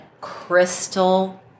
crystal